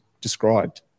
described